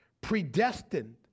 predestined